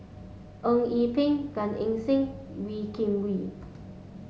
Eng Yee Peng Gan Eng Seng Wee Kim Wee